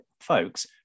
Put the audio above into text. folks